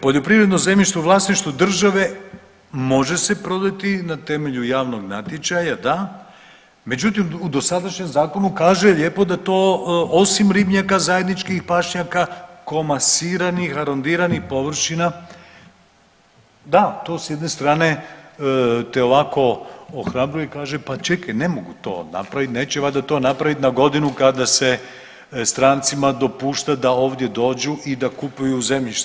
Poljoprivredno zemljište u vlasništvu države može se prodati na temelju javnog natječaja da, međutim u dosadašnjem zakonu kaže lijepo da to osim ribnjaka zajedničkih pašnjaka komasirani, … površina da, to s jedne strane te ovako ohrabruju i kaže pa čekaj, ne mogu to napraviti, neće valjda to napraviti na godinu kada se strancima dopušta da ovdje dođu i da kupuju zemljište.